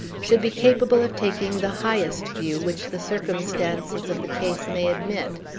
should be capable of taking the highest view which the circumstances of the case may admit.